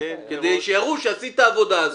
כדי שיראו שעשית את העבודה הזו.